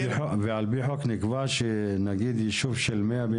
ועל פי חוק נקבע, נניח, שישוב של מאה,